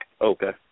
Okay